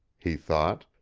he thought,